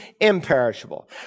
imperishable